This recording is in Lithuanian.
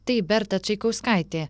tai berta čaikauskaitė